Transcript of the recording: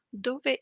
dove